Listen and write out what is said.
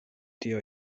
tio